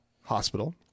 hospital